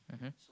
mmhmm